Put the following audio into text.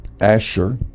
Asher